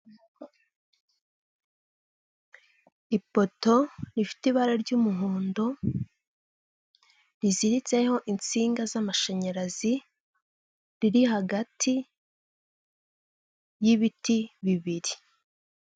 Ipoto rifite ibara ry'umuhondo riziritseho insinga z'amashanyarazi, riri hagati y'ibiti bibiri.